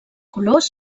colors